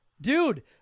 dude